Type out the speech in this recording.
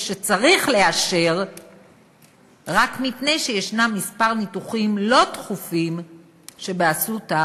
שצריך לאשר רק מפני שיש כמה ניתוחים לא דחופים שב"אסותא"